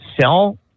sell